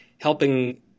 helping